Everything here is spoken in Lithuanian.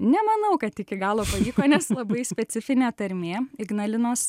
nemanau kad iki galo pavyko nes labai specifinė tarmė ignalinos